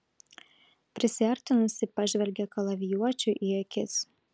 prisiartinusi pažvelgė kalavijuočiui į akis